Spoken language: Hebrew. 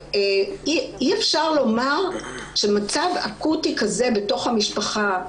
אי-אפשר לומר שמצב אקוטי כזה בתוך המשפחה,